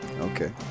Okay